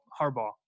Harbaugh